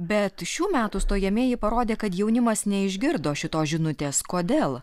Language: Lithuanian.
bet šių metų stojamieji parodė kad jaunimas neišgirdo šitos žinutės kodėl